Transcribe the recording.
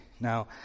Now